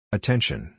Attention